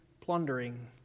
plundering